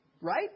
right